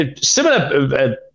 Similar